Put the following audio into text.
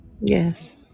Yes